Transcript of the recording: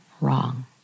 wrong